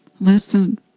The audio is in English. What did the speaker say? Listen